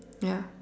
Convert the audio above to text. ya